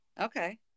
okay